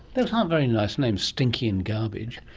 those aren't very nice names, stinky and garbage.